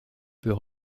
peut